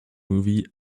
movie